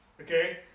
Okay